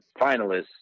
finalists